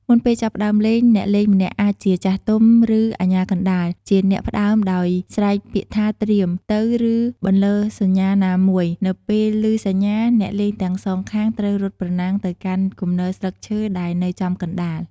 មុនពេលចាប់ផ្ដើមលេង អ្នកលេងម្នាក់អាចជាចាស់ទុំ ឬអាជ្ញាកណ្ដាល ជាអ្នកផ្ដើមដោយស្រែកពាក្យថា ត្រៀម! ទៅ! ឬបន្លឺសញ្ញាណាមួយ នៅពេលឮសញ្ញា អ្នកលេងទាំងសងខាងត្រូវរត់ប្រណាំងទៅកាន់គំនរស្លឹកឈើដែលនៅចំកណ្ដាល។